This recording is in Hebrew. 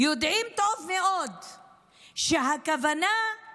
יודעים טוב מאוד שהכוונה של